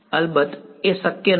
અલબત્ત એ શક્ય નથી